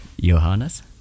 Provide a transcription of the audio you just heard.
Johannes